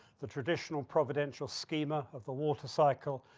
the traditional providential schema of the water cycle,